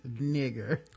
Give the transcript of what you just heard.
nigger